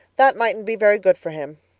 that mightn't be very good for him.